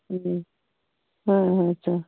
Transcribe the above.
ꯎꯝ ꯍꯣꯏ ꯍꯣꯏ